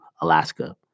Alaska